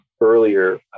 earlier